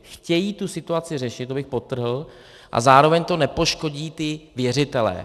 Chtějí tu situaci řešit, to bych podtrhl, a zároveň to nepoškodí ty věřitele.